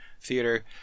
theater